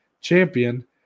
champion